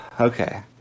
Okay